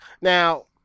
Now